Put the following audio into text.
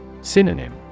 Synonym